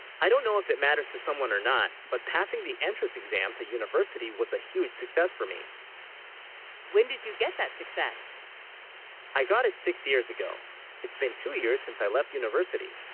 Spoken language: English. i don't know if it matters to someone or not but passing the entrance exam to university was a huge success for me when did you get that success i got it six years, ago it's been two years since i left university